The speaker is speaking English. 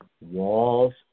walls